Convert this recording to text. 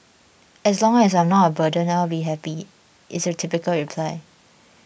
as long as I am not a burden I will be happy is a typical reply